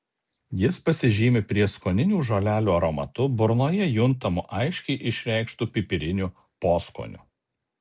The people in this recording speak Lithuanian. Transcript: jis pasižymi prieskoninių žolelių aromatu burnoje juntamu aiškiai išreikštu pipiriniu poskoniu